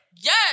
Yes